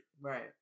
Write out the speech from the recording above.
Right